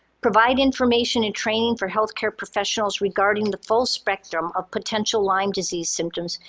provide information and training for healthcare professionals regarding the full spectrum of potential lyme disease symptoms,